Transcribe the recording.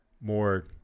more